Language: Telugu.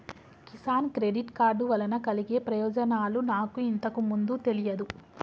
కిసాన్ క్రెడిట్ కార్డు వలన కలిగే ప్రయోజనాలు నాకు ఇంతకు ముందు తెలియదు